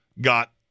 Got